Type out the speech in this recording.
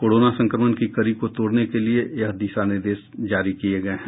corona संक्रमण की कड़ी को तोड़ने के लिए यह दिशा निर्देश जारी किये गये हैं